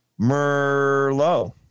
Merlot